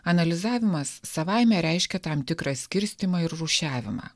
analizavimas savaime reiškia tam tikrą skirstymą ir rūšiavimą